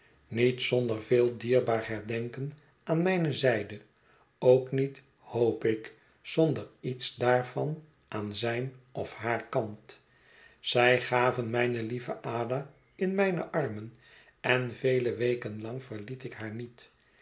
niet zonder veel dierbaar herdenken aan mijne zijde ook niet hoop ik zonder iets daarvan aan zijn of haar kant zij gaven mijne lieve ada in mijne armen en vele weken lang verliet ik haar niet